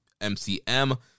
MCM